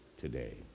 today